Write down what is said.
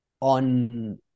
on